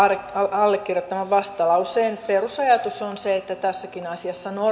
allekirjoittaman vastalauseen perusajatus on se että tässäkin asiassa